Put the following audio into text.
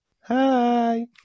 hi